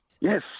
yes